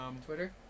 Twitter